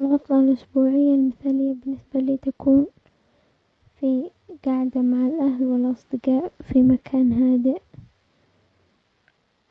العطلة الاسبوعية المثالية بالنسبة لي تكون في قعدة مع الاهل والاصدقاء في مكان هادئ